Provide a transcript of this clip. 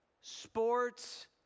sports